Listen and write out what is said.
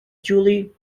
julie